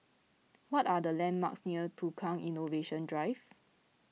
what are the landmarks near Tukang Innovation Drive